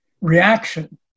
reaction